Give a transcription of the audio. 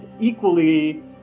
equally